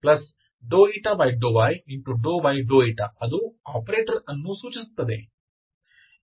ಆದ್ದರಿಂದ ∂y ∂y ∂y ಅದು ಆಪರೇಟರ್ ಅನ್ನು ಸೂಚಿಸುತ್ತದೆ